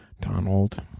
Donald